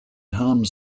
harms